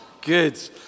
Good